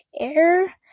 Air